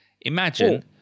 Imagine